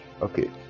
okay